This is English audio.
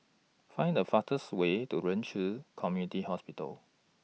Find The fastest Way to Ren Ci Community Hospital